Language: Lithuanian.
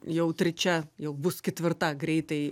jautri čia jau bus ketvirta greitai